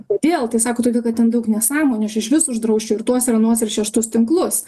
kodėl tai sako todėl kad ten daug nesąmonių aš iš vis uždrausčiau ir tuos ir anuos ir šeštus tinklus